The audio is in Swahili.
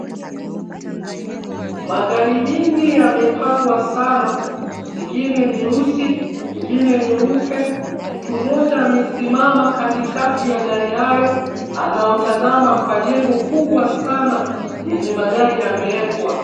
Magari mingi yamepangwa sana, zingine nyeusi ingine nyeupe, mtu mmoja amesimama katikati ya gari hayo anaotazama kwa jengo kubwa sana yenye magari yameekwa.